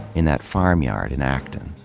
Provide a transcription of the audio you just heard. in that farmyard in acton,